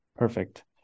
Perfect